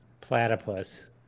Platypus